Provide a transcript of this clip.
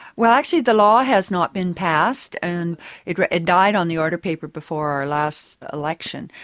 well, actually the law has not been passed. and it died on the order paper before our last election,